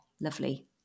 lovely